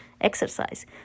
exercise